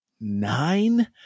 nine